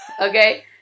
Okay